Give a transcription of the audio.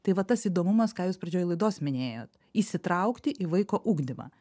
tai va tas įdomumas ką jūs pradžioj laidos minėjot įsitraukti į vaiko ugdymą